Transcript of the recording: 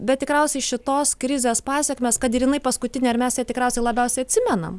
bet tikriausiai šitos krizės pasekmes kad ir jinai paskutinė ir mes ją tikriausiai labiausiai atsimenam